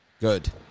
Good